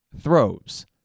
Throws